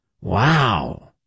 Wow